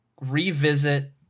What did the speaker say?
revisit